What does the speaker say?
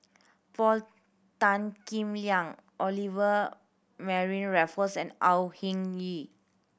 Paul Tan Kim Liang Olivia Mariamne Raffles and Au Hing Yee